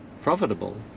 profitable